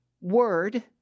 word